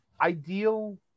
ideal